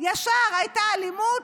ישר הייתה אלימות,